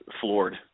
floored